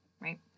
right